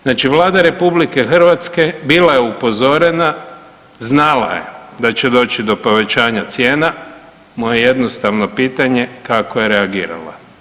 Znači Vlada RH bila je upozorena, znala je da će doći do povećanja cijena, moje jednostavno pitanje kako je reagirala?